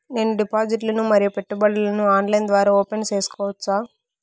నేను డిపాజిట్లు ను మరియు పెట్టుబడులను ఆన్లైన్ ద్వారా ఓపెన్ సేసుకోవచ్చా?